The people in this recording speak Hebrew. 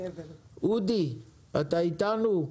אודי אתה איתנו?